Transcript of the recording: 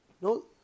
No